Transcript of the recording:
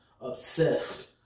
obsessed